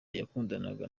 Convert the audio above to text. yakundanaga